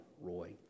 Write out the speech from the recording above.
Roy